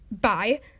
bye